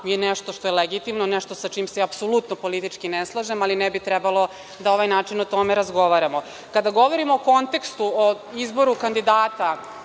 je nešto što je legitimno, nešto sa čim se apsolutno politički ne slažem, ali ne bi trebalo da ovaj način o tome razgovaramo. Kada govorimo o kontekstu o izboru kandidata